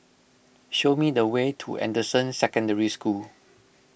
show me the way to Anderson Secondary School